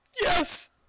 Yes